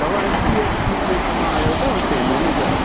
तव्हां H D F C में तव्हां आहियो न उते मैनेजर